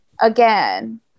again